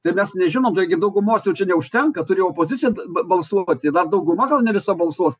tai mes nežinom taigi daugumos jau čia neužtenka turi opozicija ba balsuoti dar dauguma gal ne visa balsuos